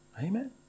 Amen